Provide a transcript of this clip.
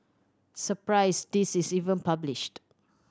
surprised this is even published